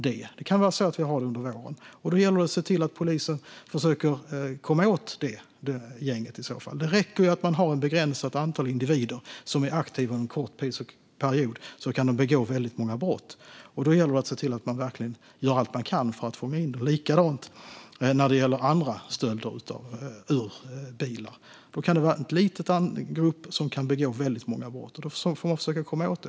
De kanske har varit aktiva under våren. Då gäller det för polisen att försöka komma åt det gänget. Det räcker med att ett begränsat antal individer är aktiva under en kort period för att begå väldigt många brott. Det gäller då att göra allt man kan för att fånga in dem. Samma sak gäller andra stölder ur bilar. En liten grupp kan begå väldigt många brott. Sådant får man försöka komma åt.